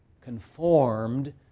Conformed